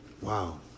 wow